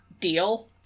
deal